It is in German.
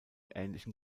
ähnlichen